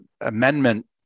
amendment